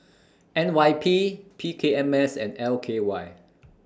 N Y P P K M S and L K Y